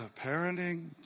parenting